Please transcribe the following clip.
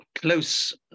close